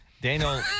Daniel